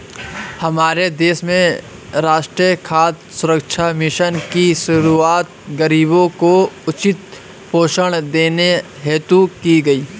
हमारे देश में राष्ट्रीय खाद्य सुरक्षा मिशन की शुरुआत गरीबों को उचित पोषण देने हेतु की गई